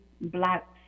black